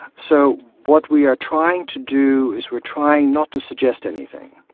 so what we are trying to do is we are trying not to suggest anything.